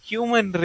Human